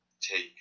take